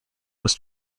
was